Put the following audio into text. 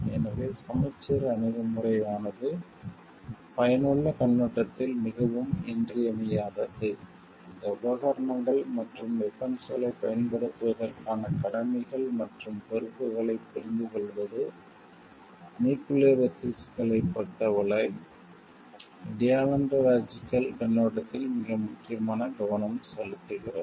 எனவே சமச்சீர் அணுகுமுறை ஆனது பயனுள்ள கண்ணோட்டத்தில் மிகவும் இன்றியமையாதது இந்த உபகரணங்கள் மற்றும் வெபன்ஸ்களைப் பயன்படுத்துவதற்கான கடமைகள் மற்றும் பொறுப்புகளைப் புரிந்துகொள்வது நியூக்கிளியர் எதிக்ஸ்களைப் பொறுத்தவரை டியான்டாலஜிகல் கண்ணோட்டத்தில் மிக முக்கியமான கவனம் செலுத்துகிறது